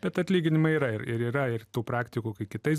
bet atlyginimai yra ir ir yra ir tų praktikų kai kitais